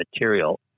material